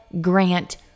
grant